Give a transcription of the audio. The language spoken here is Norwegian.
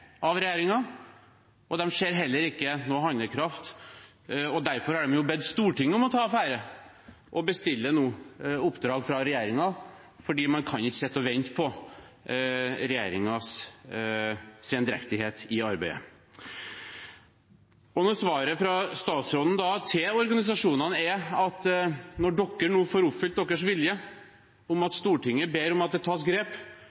av regjeringen, og de ser heller ikke noe handlekraft. Derfor har de bedt Stortinget om å ta affære og nå bestille et oppdrag fra regjeringen, for man kan ikke sitte og vente på regjeringens sendrektighet i arbeidet. Svaret fra statsråden til organisasjonene er at når de får oppfylt sin vilje, ved at Stortinget ber om at det tas grep,